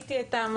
ראיתי את המצגות